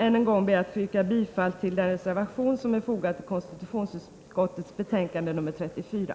Än en gång ber jag att få yrka bifall till den reservation som är fogad till konstitutionsutskottets betänkande 34.